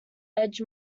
edge